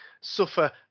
suffer